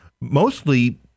mostly –